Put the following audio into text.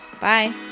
Bye